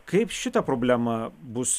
kaip šita problema bus